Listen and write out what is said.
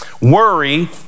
Worry